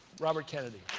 robert kennedy.